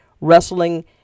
wrestling